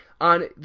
on